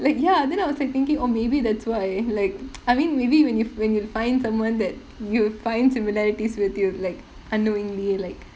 like ya then I was like thinking orh maybe that's why like I mean maybe when you when you find someone that you find similarities with you like unknowingly like